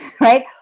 right